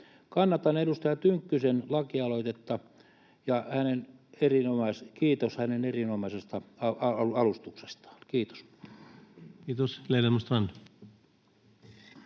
Kannatan edustaja Tynkkysen lakialoitetta, ja kiitos hänen erinomaisesta alustuksestaan. — Kiitos. Kiitos.